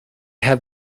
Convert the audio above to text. have